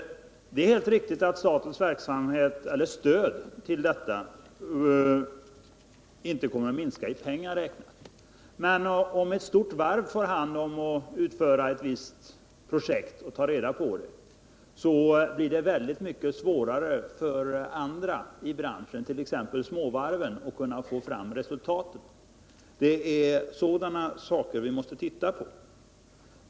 Det är helt riktigt att statens stöd till denna verksamhet inte kommer att minska i pengar räknat, men om ett stort varv får i uppdrag att utföra ett visst projekt blir det mycket svårare för andra i branschen,t.ex. för småvarven, att få del av resultatet. Det är sådana aspekter vi måste studera.